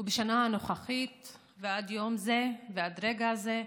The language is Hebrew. ובשנה הנוכחית ועד יום זה, עד רגע זה,